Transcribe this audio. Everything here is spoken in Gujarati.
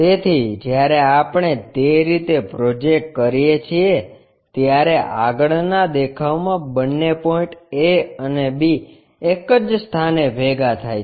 તેથી જ્યારે આપણે તે રીતે પ્રોજેક્ટ કરીએ છીએ ત્યારે આગળના દેખાવમાં બંને પોઇન્ટ A અને B એક જ સ્થાને ભેગા થાય છે